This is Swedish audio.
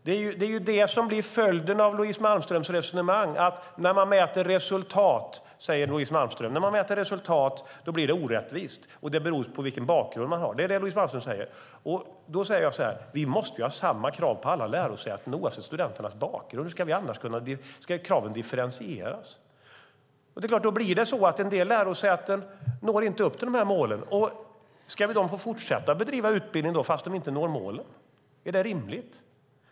Det är det som blir följden av Louise Malmströms resonemang. När man mäter resultat, säger Louise Malmström, då blir det orättvist, och det beror på vilken bakgrund man har. Det är vad Louise Malmström säger. Då säger jag: Vi måste ha samma krav på alla lärosäten oavsett studenternas bakgrund. Hur ska vi annars göra? Ska kraven differentieras? Då blir det så att en del lärosäten inte når upp till målen. Ska de få fortsätta bedriva utbildning fast de inte når målen? Är det rimligt?